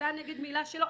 שלה נגד מילה שלו?